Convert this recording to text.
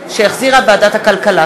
שהחזירה ועדת הכלכלה.